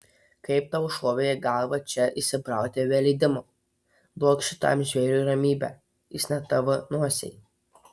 kaip tau šovė į galvą čia įsibrauti be leidimo duok šitam žvėriui ramybę jis ne tavo nosiai